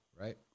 right